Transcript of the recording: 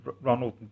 Ronald